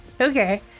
okay